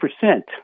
percent